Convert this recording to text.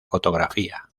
fotografía